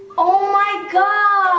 oh my god.